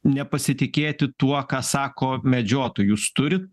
nepasitikėti tuo ką sako medžiotoj jūs turit